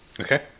Okay